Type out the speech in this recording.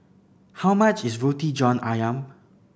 how much is Roti John Ayam